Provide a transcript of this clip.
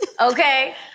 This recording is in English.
Okay